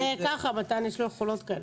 זה ככה, למתן יש יכולות כאלה.